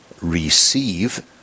receive